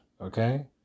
Okay